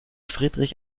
friedrich